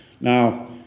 Now